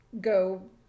go